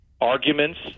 arguments